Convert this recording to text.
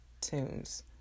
tunes